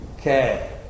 Okay